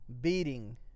beating